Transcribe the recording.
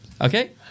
Okay